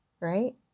right